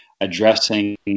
addressing